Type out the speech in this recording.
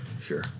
sure